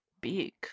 Big